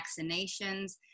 vaccinations